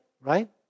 right